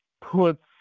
puts